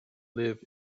live